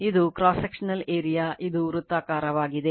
ಇದು cross sectional area ಇದು ವೃತ್ತಾಕಾರವಾಗಿದೆ